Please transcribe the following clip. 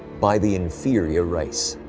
by the inferior race.